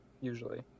usually